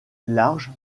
large